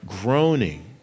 groaning